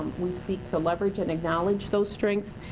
we seek to leverage and acknowledge those strengths.